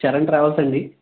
Charan ట్రావెల్సండి